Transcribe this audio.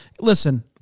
Listen